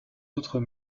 autres